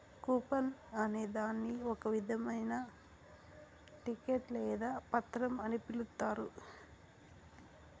coupon అనే దాన్ని ఒక ఇధమైన టికెట్ లేదా పత్రం అని పిలుత్తారు